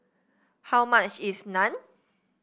how much is Naan